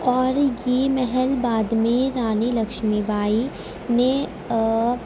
اور یہ محل بعد میں رانی لکشمی بائی نے